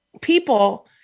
people